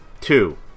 Two